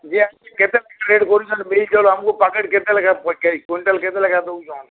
ଯିଏ ଆସୁଛେ କେତେ ଲେଖା ରେଟ୍ କରୁଛ ମିଲ୍ ଚଉଲ୍ ଆମ୍କୁ ପ୍ୟାକେଟ୍ କେତେ ଲେଖା ପକେଇ କୁଇଣ୍ଟାଲ୍ କେତେ ଲେଖା ଦଉଛନ୍